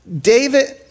David